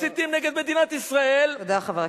מסיתים נגד מדינת ישראל, תודה, חבר הכנסת,